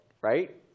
right